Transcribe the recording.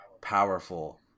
powerful